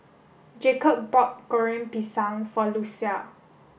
Jacob bought Goreng Pisang for Lucia